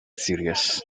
serious